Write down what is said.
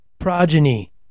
Progeny